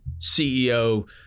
CEO